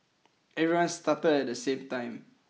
everyone started at the same time